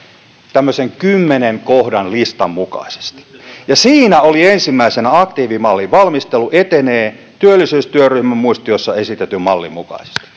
tämmöisen kymmenen kohdan listan mukaisesti ja siinä oli ensimmäisenä että aktiivimallin valmistelu etenee työllisyystyöryhmän muistiossa esitetyn mallin mukaisesti